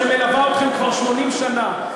שמלווה אתכם כבר 80 שנה,